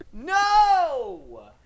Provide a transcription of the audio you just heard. No